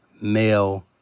male